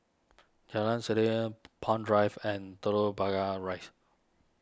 Jalan Palm Drive and Telok Rise